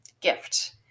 gift